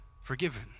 forgiven